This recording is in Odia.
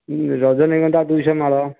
ରଜନୀଗନ୍ଧା ଦୁଇଶହ ମାଳ